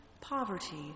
poverty